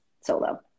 solo